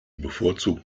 bevorzugt